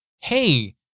hey